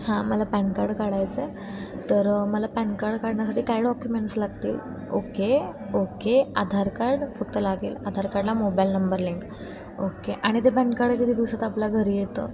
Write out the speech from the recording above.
हां मला PAN card काढायचं आहे तर मला पॅन कार्ड काढण्यासाठी काय डॉक्युमेंट्स लागतील ओके ओके आधार कार्ड फक्त लागेल आधार कार्डला मोबाईल नंबर लिंक ओके आणि ते पॅन कार्ड किती दिवसात आपल्या घरी येतं